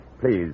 please